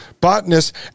botanist